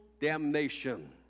damnation